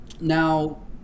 Now